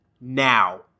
Now